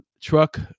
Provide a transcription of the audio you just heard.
Truck